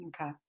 Okay